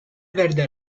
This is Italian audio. verde